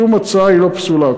שום הצעה לא פסולה.